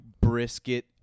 brisket